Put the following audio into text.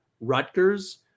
Rutgers